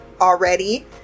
already